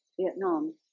Vietnam